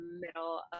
middle